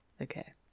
Okay